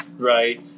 Right